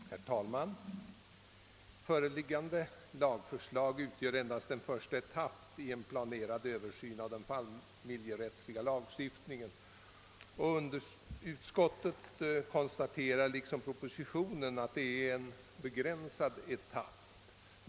Herr talman! Föreliggande lagförslag utgör endast en första etapp i en planerad översyn av den familjerättsliga lagstiftningen, och i utskottsutlåtandet konstateras liksom i propositionen att det endast är fråga om en begränsad etapp.